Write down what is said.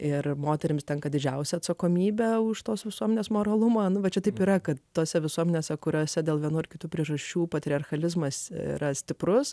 ir moterims tenka didžiausia atsakomybė už tos visuomenės moralumą ana va čia taip yra kad tose visuomenėse kuriose dėl vienų ar kitų priežasčių patriarchalizmas yra stiprus